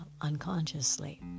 unconsciously